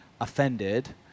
offended